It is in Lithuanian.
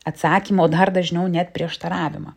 atsakymą o dar dažniau net prieštaravimą